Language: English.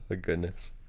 goodness